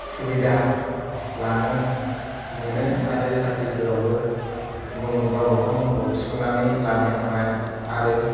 सुबिदा लानो मोनो आरो साख्रिफोरावबो मुं गावबा गाव मुंखौ थिसननानै लानो हानाय आरो